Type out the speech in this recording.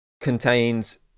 contains